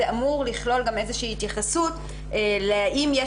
זה אמור לכלול גם איזושהי התייחסות לשאלה האם יש